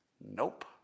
Nope